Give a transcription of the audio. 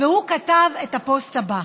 והוא כתב את הפוסט הבא: